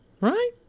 Right